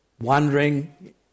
wondering